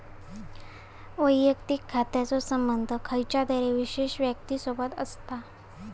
वैयक्तिक खात्याचो संबंध खयच्या तरी विशेष व्यक्तिसोबत असता